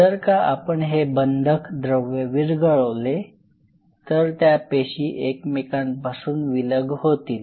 जर का आपण हे बंधक द्रव्य विरघळवले तर त्या पेशी एकमेकांपासून विलग होतील